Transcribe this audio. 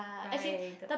right